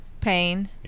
pain